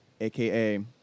aka